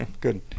Good